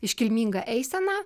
iškilmingą eiseną